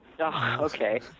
okay